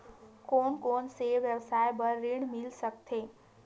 कोन कोन से व्यवसाय बर ऋण मिल सकथे?